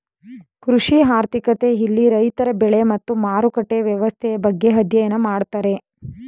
ಕೃಷಿ ಆರ್ಥಿಕತೆ ಇಲ್ಲಿ ರೈತರ ಬೆಳೆ ಮತ್ತು ಮಾರುಕಟ್ಟೆಯ ವ್ಯವಸ್ಥೆಯ ಬಗ್ಗೆ ಅಧ್ಯಯನ ಮಾಡ್ತಾರೆ